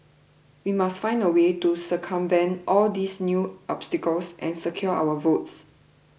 we must find a way to circumvent all these new obstacles and secure our votes